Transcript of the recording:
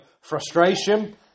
frustration